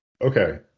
Okay